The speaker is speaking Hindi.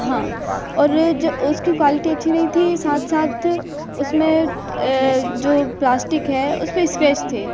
हाँ और ज उसकी क्वालिटी अच्छी नहीं थी साथ साथ उसमें जो प्लास्टिक है उसमें स्क्रैच थे